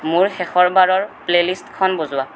মোৰ শেষৰবাৰৰ প্লে'লিষ্টখন বজোৱা